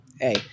Hey